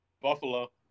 Buffalo